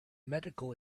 medical